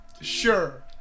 Sure